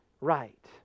right